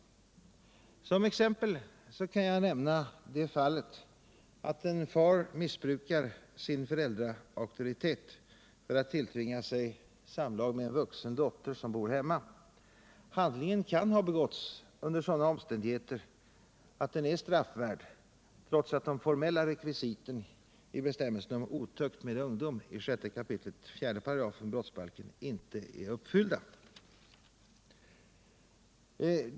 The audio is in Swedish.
Som exempel kan jag nämna det fallet att en far missbrukar sin föräldraauktoritet för att tilltvinga sig samlag med en vuxen dotter som bor hemma. Handlingen kan ha begåtts under sådana omständigheter att den är straffvärd trots att de formella rekvisiten i bestämmelserna om otukt med ungdom i 6 kap. 4 § brottsbalken inte är uppfyllda.